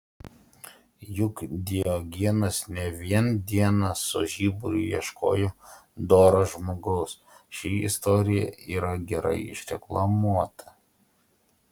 juk diogenas ne vien dieną su žiburiu ieškojo doro žmogaus ši istorija yra gerai išreklamuota